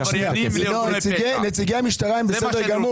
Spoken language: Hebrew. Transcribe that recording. העבריינים- -- נציגי המשטרה הם בסדר גמור.